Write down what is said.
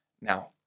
Now